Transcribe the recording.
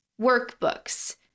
workbooks